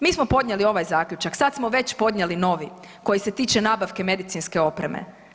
Mi smo podnijeli ovaj zaključak, sad smo već podnijeli novi koji se tiče nabavke medicinske opreme.